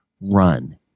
run